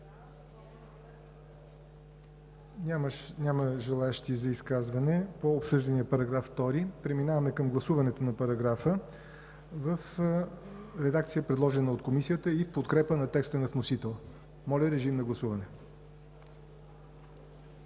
Няма желаещи за изказване по обсъждания § 2. Преминаваме към гласуването на параграфа в редакция, предложена от Комисията и в подкрепа текста на вносителя. Гласували